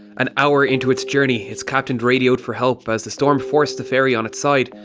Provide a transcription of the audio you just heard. an hour into its journey its captain radioed for help as the storm forced the ferry on its side,